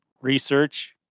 research